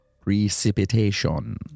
precipitation